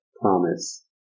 promise